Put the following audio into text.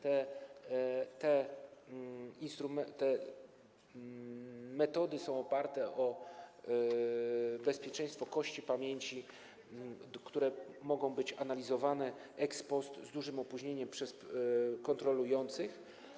Te metody są oparte na bezpieczeństwie kości pamięci, które mogą być analizowane ex post z dużym opóźnieniem przez kontrolujących.